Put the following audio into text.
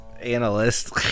analyst